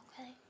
okay